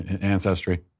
Ancestry